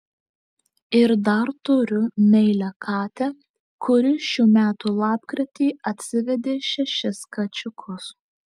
ir dar turiu meilią katę kuri šių metų lapkritį atsivedė šešis kačiukus